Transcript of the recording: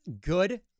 good